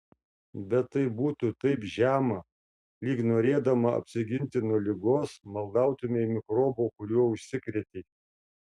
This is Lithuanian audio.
bet tai būtų taip žema lyg norėdama apsiginti nuo ligos maldautumei mikrobo kuriuo užsikrėtei